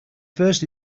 first